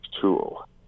Tool